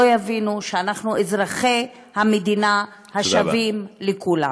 יבינו שאנחנו אזרחי המדינה השווים לכולם.